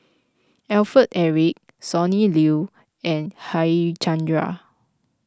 Alfred Eric Sonny Liew and Harichandra